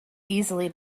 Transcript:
easily